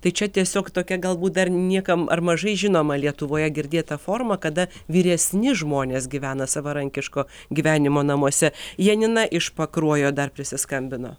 tai čia tiesiog tokia galbūt dar niekam ar mažai žinoma lietuvoje girdėta forma kada vyresni žmonės gyvena savarankiško gyvenimo namuose janina iš pakruojo dar prisiskambino